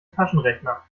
taschenrechner